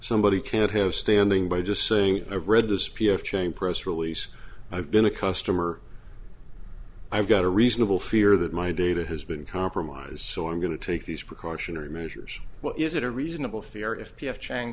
somebody can't have standing by just saying i've read this piece of chain press release i've been a customer i've got a reasonable fear that my data has been compromised so i'm going to take these precautionary measures well is it a reasonable fear if p f chang